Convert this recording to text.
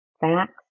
facts